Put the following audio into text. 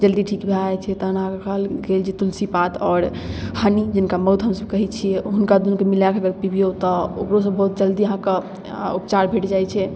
जल्दी ठीक भऽ जाइ छै तहन अहाँके कहल गेल जे तुलसी पात आओर हनी जिनका मउध हमसब कहै छिए हुनका दुनूके मिलाकै अगर पीबिऔ तऽ ओकरोसँ बहुत जल्दी अहाँके उपचार भेटि जाइ छै